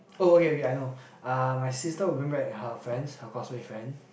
oh okay okay I know uh my sister will bring back her friends her coursemate friend